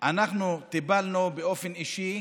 להיכנס לבידוד, אנחנו טיפלנו באופן אישי